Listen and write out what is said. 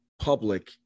public